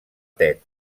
tet